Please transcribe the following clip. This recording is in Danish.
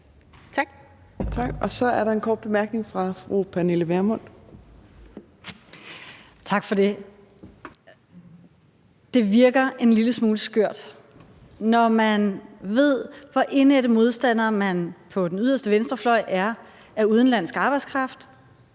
Tak. Så er der en kort bemærkning fra fru Pernille Vermund. Kl. 15:11 Pernille Vermund (NB): Tak for det. Det virker en lille smule skørt, når man ved, hvor indædte modstandere man på den yderste venstrefløj er af udenlandsk arbejdskraft.